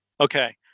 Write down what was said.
Okay